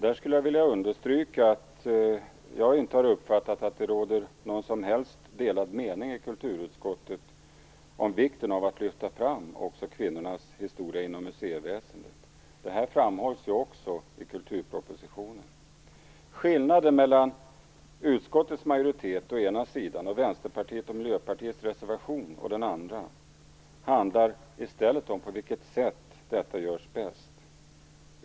Där skulle jag vilja stryka under att jag inte har uppfattat att det råder någon som helst delad mening i kulturutskottet om vikten av att inom museiväsendet lyfta fram också kvinnornas historia. Det framhålls också i kulturpropositionen. Skillnaden mellan utskottets majoritet å ena sidan och Vänsterpartiets och Miljöpartiets reservation å den andra handlar i stället om på vilket sätt detta görs bäst.